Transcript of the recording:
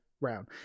round